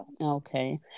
okay